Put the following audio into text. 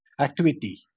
activity